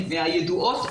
מהידועות,